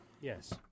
Yes